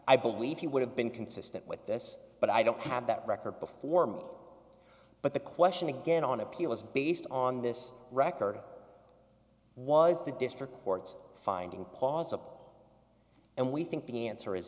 i believe he would have been consistent with this but i don't have that record before me but the question again on appeal is based on this record was to district court's finding pause of all and we think the answer is